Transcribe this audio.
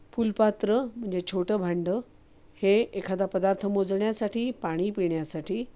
फुलपात्र म्हणजे छोटं भांडं हे एखादा पदार्थ मोजण्यासाठी पाणी पिण्यासाठी